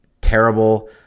terrible